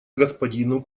господину